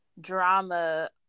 drama